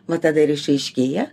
nuo tada ir išaiškėja